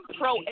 pro